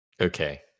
Okay